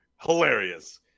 Hilarious